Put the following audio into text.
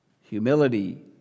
humility